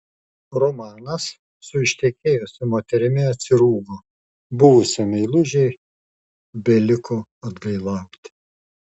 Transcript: romanas su ištekėjusia moterimi atsirūgo buvusiam meilužiui beliko atgailauti